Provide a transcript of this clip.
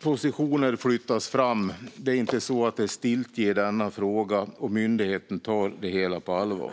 Positioner flyttas fram. Det är inte stiltje i denna fråga, och myndigheten tar det hela på allvar.